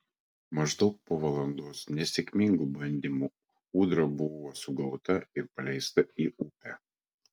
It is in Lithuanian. maždaug po valandos nesėkmingų bandymų ūdra buvo sugauta ir paleista į upę